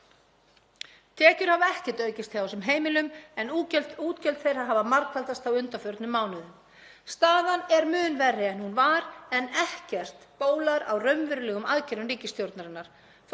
Tekjur hafa ekkert aukist hjá þessum heimilum en útgjöld þeirra hafa margfaldast á undanförnum mánuðum. Staðan er mun verri en hún var, en ekkert bólar á raunverulegum aðgerðum ríkisstjórnarinnar.